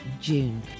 June